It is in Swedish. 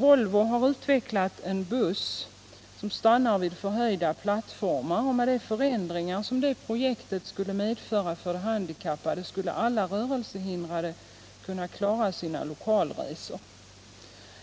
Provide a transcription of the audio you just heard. Volvo har utvecklat en buss som stannar vid förhöjda plattformar, och med de förändringar som det projektet betyder för de handikappade skulle alla rörelsehindrade kunna klara sina lokalresor.